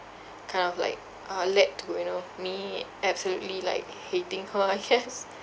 kind of like uh led to you know me absolutely like hating her I guess